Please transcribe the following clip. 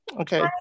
Okay